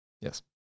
Yes